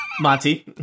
Monty